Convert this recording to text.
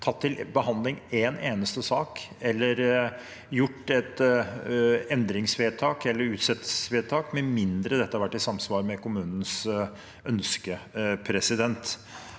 hatt til behandling en eneste sak eller gjort ett endringsvedtak eller utsettelsesvedtak med mindre dette har vært i samsvar med kommunenes ønske. Når det